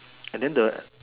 and then the